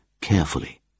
carefully